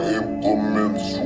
implements